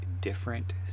different